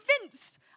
convinced